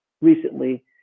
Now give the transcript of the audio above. recently